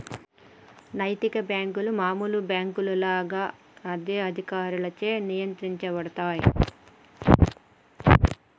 నైతిక బ్యేంకులు మామూలు బ్యేంకుల లాగా అదే అధికారులచే నియంత్రించబడతయ్